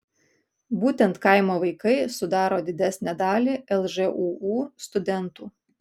būtent kaimo vaikai sudaro didesnę dalį lžūu studentų